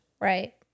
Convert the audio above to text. Right